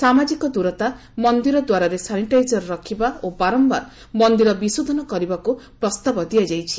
ସାମାଜିକ ଦୂରତା ମନ୍ଦିର ଦ୍ୱାରରେ ସାନିଟାଇଜର ରଖିବା ଓ ବାରମ୍ୟାର ମନିର ବିଶୋଧନ କରିବାକୁ ପ୍ରସ୍ତାବ ଦିଆଯାଇଛି